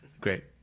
Great